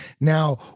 Now